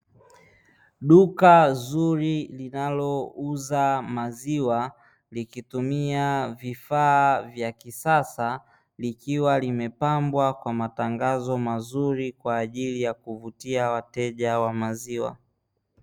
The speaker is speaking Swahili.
Duka zuri linalouza maziwa likitumia vifaa vya kisasa likiwa limepambwa kwa matangazo mazuri, kwa ajili ya kuvutia wateja wa maziwa.